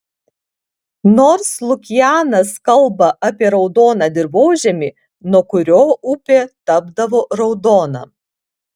nors lukianas kalba apie raudoną dirvožemį nuo kurio upė tapdavo raudona